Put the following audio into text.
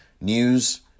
news